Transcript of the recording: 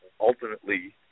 ultimately